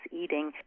eating